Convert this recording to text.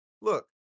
look